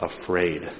Afraid